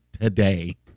today